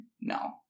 No